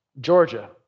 Georgia